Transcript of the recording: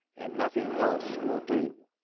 and nothing else will do.